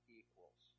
equals